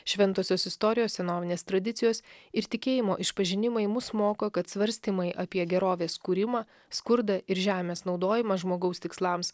šventosios istorijos senovinės tradicijos ir tikėjimo išpažinimai mus moko kad svarstymai apie gerovės kūrimą skurdą ir žemės naudojimą žmogaus tikslams